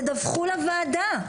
תדווחו לוועדה.